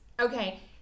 Okay